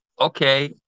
okay